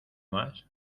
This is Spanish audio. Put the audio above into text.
más